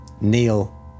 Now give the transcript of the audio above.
Neil